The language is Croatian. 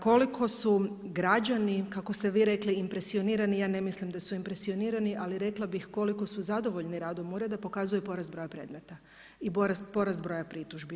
Koliko su građani kako ste vi rekli impresionirani ja ne mislim da su impresionirani, ali rekla bih koliko su zadovoljni radom ureda pokazuje porast broja predmeta i porast broja pritužbi.